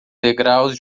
degraus